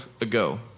ago